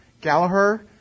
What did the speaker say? Gallagher